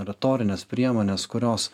retorines priemones kurios